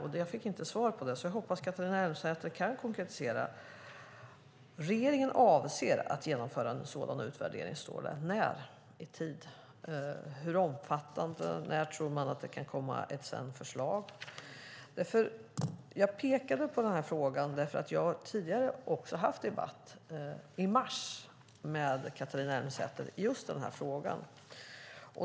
men fick inget svar, så jag hoppas att Catharina Elmsäter-Svärd kan konkretisera. Regeringen avser att genomföra en sådan utvärdering, står det. När? Hur omfattande blir den? När tror man att det komma ett förslag? I mars hade jag en debatt med Catharina Elmsäter-Svärd i just denna fråga.